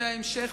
זה ההמשך.